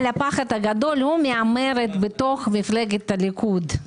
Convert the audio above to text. הפחד הגדול הוא מהמרד בתוך מפלגת הליכוד.